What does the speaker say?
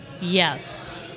Yes